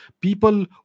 people